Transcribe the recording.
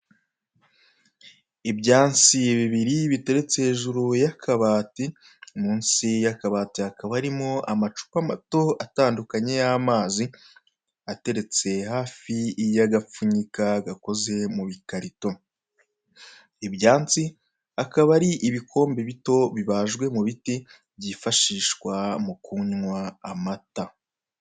Ibyansi bibiri, biteretse hejuru y'akabati, munsi y'akabati hakaba harimo amacupa mato atandukanye, y'amazi, ateretse hafi y'agapfunyika gakoze mu bikarito. Ibyansi akaba ari ibikombe bito, bibajwe mu biti, byifashishwa mu kunywa amata.